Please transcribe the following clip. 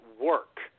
work